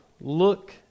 look